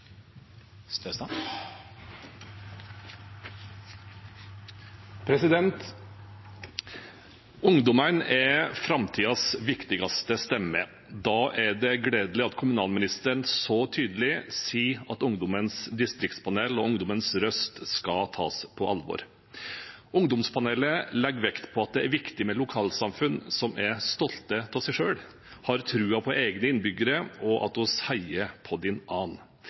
viktigste stemme. Da er det gledelig at kommunalministeren så tydelig sier at Ungdommens distriktspanel og ungdommens røst skal tas på alvor. Ungdomspanelet legger vekt på at det er viktig med lokalsamfunn som er stolte av seg selv og har troen på egne innbyggere, og at vi heier på